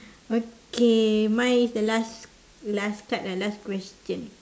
okay mine is the last last card ah last question